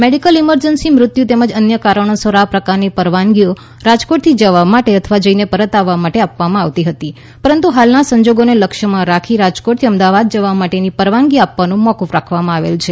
medical emergency મૃત્યુ તેમજ અન્ય કારણોસર આ પ્રકારની પરવાનગીઓ રાજકોટથી જવા માટે અથવા જઈને પરત આવવા માટે આપવામાં આવતી હતી પરંતુ હાલના સંજોગોને લક્ષ્યમાં રાખી રાજકોટથી અમદાવાદ જવા માટેની પરવાનગી આપવાનું મોકૂફ રાખવામાં આવેલ છે